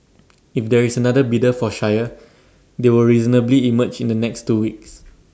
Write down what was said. if there is another bidder for Shire they will reasonably emerge in the next two weeks